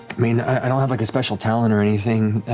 mean, i don't have like a special talent or anything.